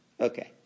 Okay